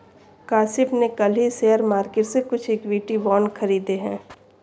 काशिफ़ ने कल ही शेयर मार्केट से कुछ इक्विटी बांड खरीदे है